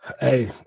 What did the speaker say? hey